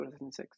2006